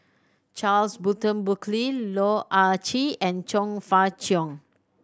Charles Burton Buckley Loh Ah Chee and Chong Fah Cheong